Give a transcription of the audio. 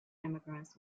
immigrants